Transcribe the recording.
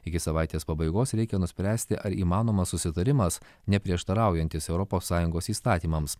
iki savaitės pabaigos reikia nuspręsti ar įmanomas susitarimas neprieštaraujantis europos sąjungos įstatymams